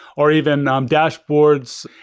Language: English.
or even um dashboards,